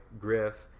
Griff